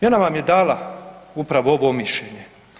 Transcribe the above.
I ona vam je dala upravo ovo mišljenje.